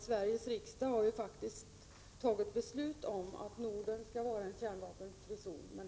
Sveriges riksdag har ju faktiskt fattat beslut om att Norden skall vara en kärnvapenfri zon.